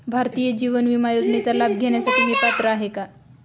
भारतीय जीवन विमा योजनेचा लाभ घेण्यासाठी मी पात्र आहे का?